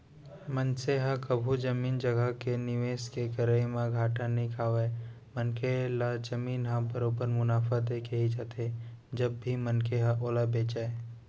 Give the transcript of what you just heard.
मनसे ह कभू जमीन जघा के निवेस के करई म घाटा नइ खावय मनखे ल जमीन ह बरोबर मुनाफा देके ही जाथे जब भी मनखे ह ओला बेंचय